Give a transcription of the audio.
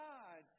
God